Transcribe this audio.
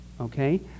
okay